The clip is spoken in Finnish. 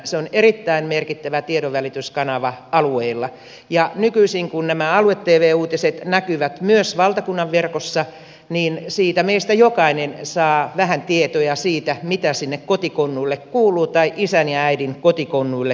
se on erittäin merkittävä tiedonvälityskanava alueilla ja nykyisin kun nämä alue tv uutiset näkyvät myös valtakunnan verkossa niistä meistä jokainen saa vähän tietoja siitä mitä sinne kotikonnuille kuuluu tai isän ja äidin kotikonnuille kuuluu